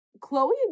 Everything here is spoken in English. Chloe